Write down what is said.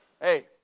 hey